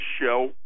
show